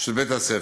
של בית-הספר.